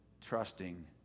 trusting